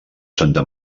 santa